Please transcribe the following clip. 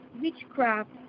witchcraft